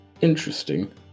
Interesting